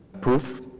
proof